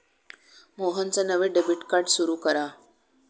मोहनचं नवं debit card सुरू करा